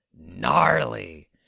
gnarly